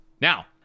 Now